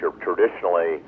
Traditionally